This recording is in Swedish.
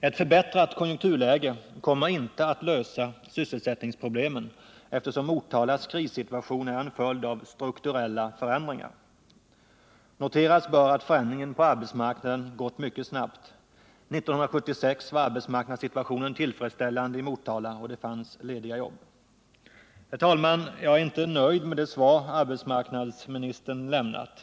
Ett förbättrat konjunkturläge kommer inte att lösa sysselsättningsproblemen, eftersom Motalas krissituation är en följd av strukturella förändringar. Noteras bör att förändringen på arbetsmarknaden gått mycket snabbt. 1976 var arbetsmarknadssituationen tillfredsställande i Motala, och det fanns lediga jobb. Herr talman! Jag är inte nöjd med det svar arbetsmarknadsministern lämnat.